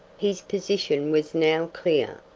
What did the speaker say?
his position was now clear.